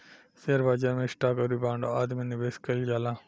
share बाजार में stock आउरी बांड आदि में निबेश कईल जाला